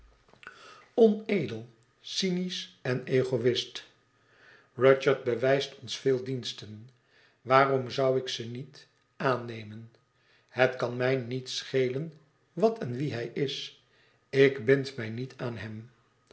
onedel cynisch en egoïst heel egoïst rudyard bewijst ons veel diensten waarom zoû ik ze niet aannemen het kan mij niet schelen wat en wie hij is ik bind mij niet aan hem